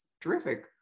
terrific